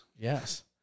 Yes